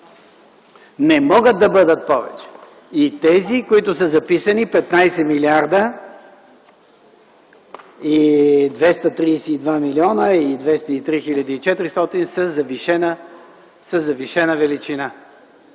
Не могат да бъдат повече! И тези, които са записани – 15 млрд. 232 млн. и 203 хил. 400 лв. са завишена величина.